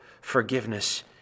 forgiveness